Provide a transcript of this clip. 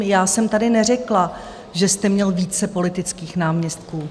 Já jsem tady neřekla, že jste měl více politických náměstků.